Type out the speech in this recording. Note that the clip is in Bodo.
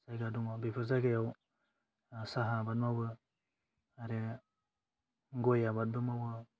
जायगा दङ बेफोर जायगायाव साहा आबाद मावो आरो गय आबादबो मावो